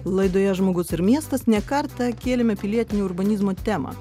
laidoje žmogus ir miestas ne kartą kėlėme pilietinio urbanizmo temą